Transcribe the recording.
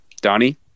Donnie